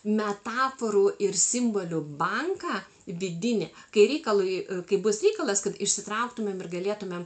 metaforų ir simbolių banką vidinį kai reikalui kai bus reikalas kad išsitrauktumėm ir galėtumėm